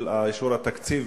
של אישור התקציב?